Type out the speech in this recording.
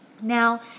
Now